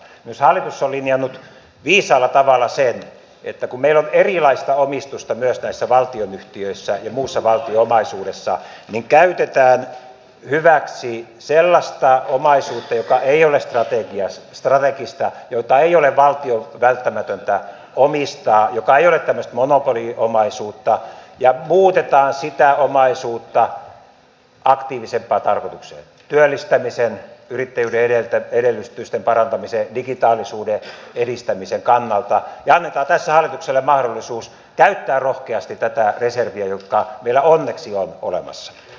myös hallitus on linjannut viisaalla tavalla sen että kun meillä on erilaista omistusta myös näissä valtionyhtiöissä ja muussa valtion omaisuudessa niin käytetään hyväksi sellaista omaisuutta joka ei ole strategista jota ei ole valtion välttämätöntä omistaa joka ei ole tämmöistä monopoliomaisuutta ja muutetaan sitä omaisuutta aktiivisempaan tarkoitukseen työllistämisen ja yrittäjyyden edellytysten parantamiseen digitalisuuden edistämiseen ja annetaan tässä hallitukselle mahdollisuus käyttää rohkeasti tätä reserviä joka meillä onneksi on olemassa